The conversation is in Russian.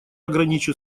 ограничу